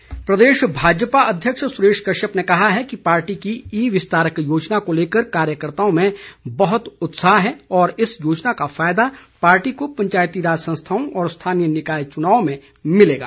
सुरेश कश्यप प्रदेश भाजपा अध्यक्ष सुरेश कश्यप ने कहा है कि पार्टी की ई विस्तारक योजना को लेकर कार्यकर्ताओं में बहुत उत्साह है और इस योजना का फायदा पार्टी को पंचायती राज संस्थाओं और स्थानीय निकाय चुनावों में मिलेगा